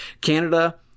canada